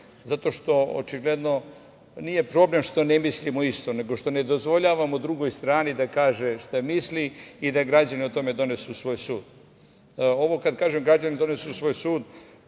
zato što očigledno nije problem što ne mislimo isto, nego što ne dozvoljavamo drugoj strani da kaže šta misli i da građani o tome donesu svoj sud. Ovo kad kažem građani donesu svoj sud,